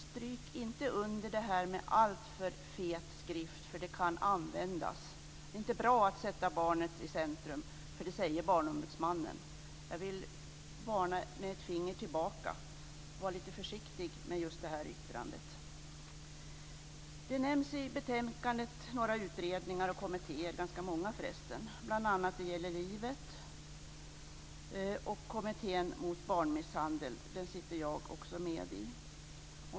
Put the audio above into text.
Stryk inte under det här med alltför fet skrift för det kan användas. Det är inte bra att sätta barnet i centrum, för det säger barnombudsmannen. Jag vill varna med ett finger tillbaka. Var lite försiktig med just det här yttrandet. I betänkandet nämns några utredningar och kommittéer, ganska många förresten. Bl.a. nämns betänkandet Det gäller livet och Kommittén mot barnmisshandel. Den sitter också jag med i.